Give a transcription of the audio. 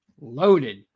loaded